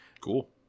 Cool